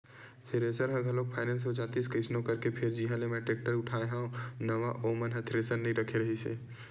thresher ह घलोक finance हो जातिस कइसनो करके फेर जिहाँ ले मेंहा टेक्टर उठाय हव नवा ओ मन ह थेरेसर नइ रखे रिहिस हे